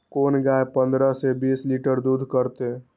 कोन गाय पंद्रह से बीस लीटर दूध करते?